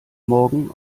morgen